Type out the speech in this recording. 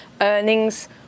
Earnings